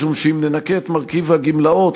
משום שאם ננכה את מרכיב הגמלאות,